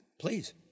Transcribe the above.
Please